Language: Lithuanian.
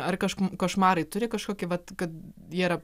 ar koš košmarai turi kažkokį vat kad jie yra